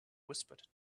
whispered